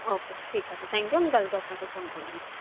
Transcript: ওকে ঠিক আছে thank you আমি কালকে আপনাকে ফোন করে নিচ্ছি